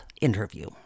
interview